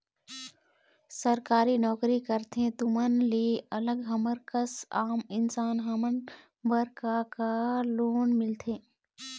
सरकारी नोकरी करथे तुमन ले अलग हमर कस आम इंसान हमन बर का का लोन मिलथे?